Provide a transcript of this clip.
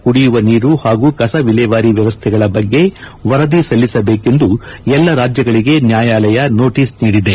ಕುಡಿಯುವ ನೀರು ಹಾಗೂ ಕಸ ವಿಲೇವಾರಿ ವ್ಯವಸ್ಥೆಗಳ ಬಗ್ಗೆ ವರದಿ ಸಲ್ಲಿಸಬೇಕೆಂದು ಎಲ್ಲಾ ರಾಜ್ಯಗಳಿಗೆ ನ್ಯಾಯಾಲಯ ನೋಟೀಸು ನೀಡಿದೆ